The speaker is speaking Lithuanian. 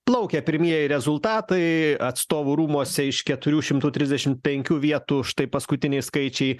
plaukia pirmieji rezultatai atstovų rūmuose iš keturių šimtų trisdešim penkių vietų štai paskutiniai skaičiai